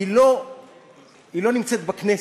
היא לא נמצאת בכנסת.